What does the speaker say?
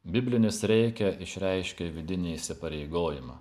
biblinis rėkia išreiškia vidinį įsipareigojimą